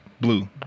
Blue